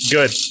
Good